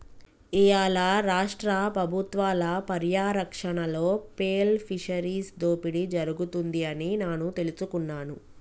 ఇయ్యాల రాష్ట్ర పబుత్వాల పర్యారక్షణలో పేర్ల్ ఫిషరీస్ దోపిడి జరుగుతుంది అని నాను తెలుసుకున్నాను